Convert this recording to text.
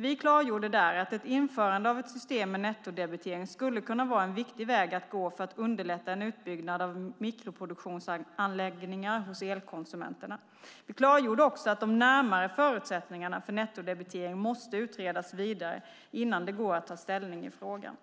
Vi klargjorde där att ett införande av ett system med nettodebitering skulle kunna vara en viktig väg att gå för att underlätta en utbyggnad av mikroproduktionsanläggningar hos elkonsumenterna. Vi klargjorde också att de närmare förutsättningarna för nettodebitering måste utredas vidare innan det går att ta ställning i frågan.